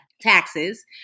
taxes